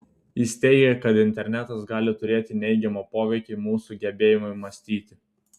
jis teigia kad internetas gali turėti neigiamą poveikį mūsų gebėjimui mąstyti